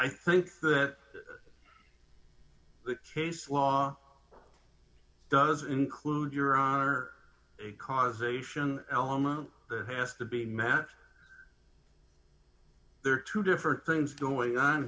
i think that the case law does include your honor a causation element that has to be met there are two different things going on